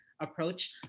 approach